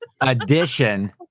edition